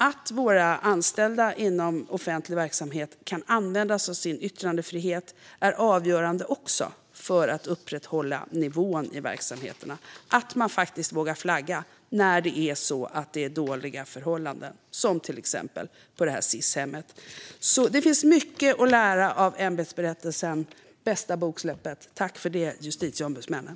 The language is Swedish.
Att våra anställda inom offentlig verksamhet kan använda sig av sin yttrandefrihet och faktiskt vågar flagga när det är dåliga förhållanden, som det var till exempel på Sis-hemmet, är avgörande för att upprätthålla nivån i verksamheterna. Det finns mycket att lära av ämbetsberättelsen. Det var bästa boksläppet - tack för det, justitieombudsmännen!